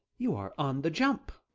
you are on the jump!